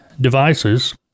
devices